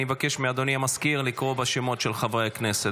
אני מבקש מאדוני המזכיר לקרוא בשמות חברי הכנסת.